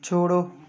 छोड़ो